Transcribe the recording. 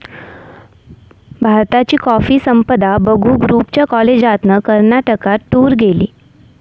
भारताची कॉफी संपदा बघूक रूपच्या कॉलेजातना कर्नाटकात टूर गेली